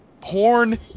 porn